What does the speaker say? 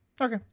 Okay